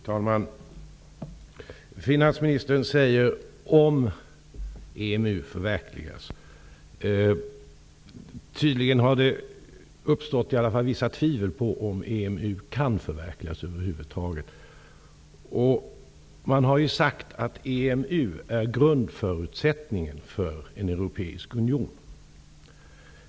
Fru talman! Finansministern säger: Om EMU förverkligas. Tydligen har det i alla fall uppstått vissa tvivel på om EMU kan förverkligas över huvud taget. Man har sagt att EMU är grundförutsättningen för en europeisk union.